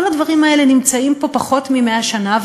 כל הדברים האלה נמצאים פה פחות מ-100 שנה.